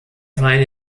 war